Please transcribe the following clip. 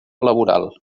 laboral